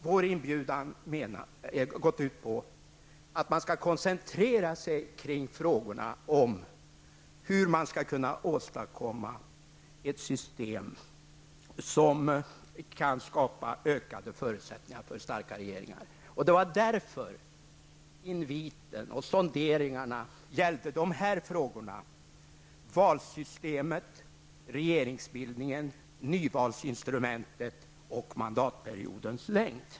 Vår inbjudan har gått ut på att man skall koncentrera sig kring frågorna om hur man skall kunna åstadkomma ett system som kan skapa ökade förutsättningar för starka regeringar. Därför gällde inviten och sonderingarna de här frågorna: valsystemet, regeringsbildningen, nyvalsinstrumentet och mandatperiodens längd.